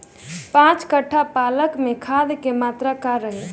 पाँच कट्ठा पालक में खाद के मात्रा का रही?